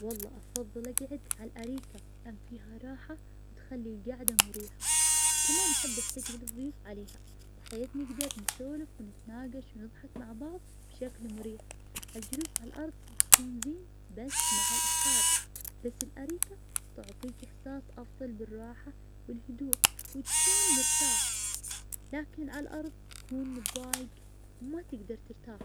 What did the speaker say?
أنا ما أقدر أسبح, بس إذا كنت تبي تتعلم السباحة, أفضل تبدأ بالتدريج, تتعلم أساليب السلامة, في العاصفة البحرية الوضع يكون صعب, لأن الأمواج تكون قوية, إذا كنت سباح جيد, ممكن تحاول تطفوا, لكن أمان دائماً يكون أول شي تفكر فيه, لذلك الأفضل تجنب السباحة في هالأوقات الصعبة.